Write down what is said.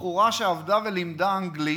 בחורה שעבדה ולימדה אנגלית,